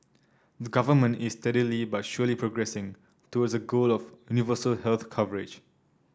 the government is steadily but surely progressing towards a goal of universal health coverage